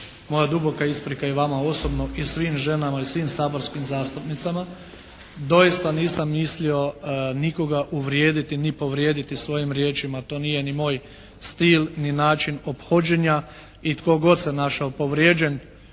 Moja duboka isprika i vama osobno i svim ženama i svim saborskim zastupnicama. Doista nisam mislio nikoga uvrijediti ni povrijediti svojim riječima. To nije ni moj stil ni način ophođenja. I tko god se našao povrijeđen